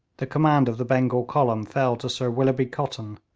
the command of the bengal column fell to sir willoughby cotton,